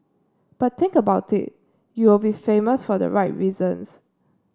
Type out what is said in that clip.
but think about it you will be famous for the right reasons